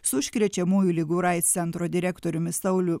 su užkrečiamųjų ligų ir aids centro direktoriumi sauliu